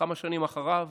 כמה שנים אחרי,